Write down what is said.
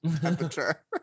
temperature